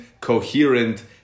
coherent